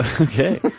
Okay